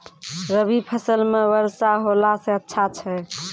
रवी फसल म वर्षा होला से अच्छा छै?